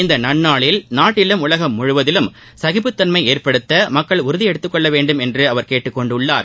இந்த நன்னாளில் நாட்டிலும் உலகம் முழுவதிலும் சகிப்புத் தன்மை ஏற்படுத்த மக்கள் உறுதி எடுத்துக்கொள்ள வேண்டும் என்று அவர் கேட்டுக்கொண்டுள்ளார்